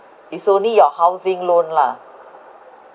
it's only your housing loan lah